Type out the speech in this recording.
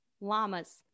llamas